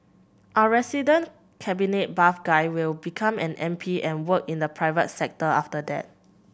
our resident cabinet buff guy will become an M P and work in the private sector after that